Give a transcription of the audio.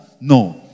No